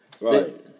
Right